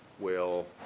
will